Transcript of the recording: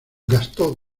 gastó